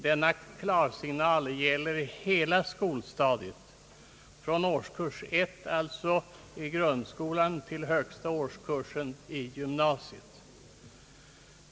Denna klarsignal gäller hela skolstadiet, från årskurs 1 i grundskolan till högsta årskursen i gymnasiet.